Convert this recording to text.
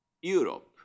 Europe